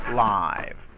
live